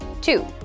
Two